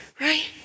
right